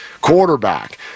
quarterback